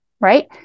right